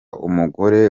umugore